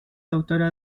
autora